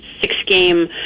six-game